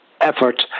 effort